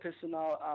personal